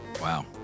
Wow